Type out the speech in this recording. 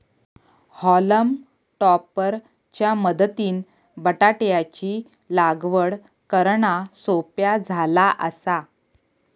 हॉलम topper च्या मदतीनं बटाटयाची लागवड करना सोप्या झाला आसा